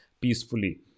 peacefully